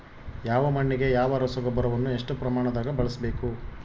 ಯಾವ ಮಣ್ಣಿಗೆ ಯಾವ ರಸಗೊಬ್ಬರವನ್ನು ಎಷ್ಟು ಪ್ರಮಾಣದಾಗ ಬಳಸ್ಬೇಕು?